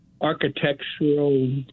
architectural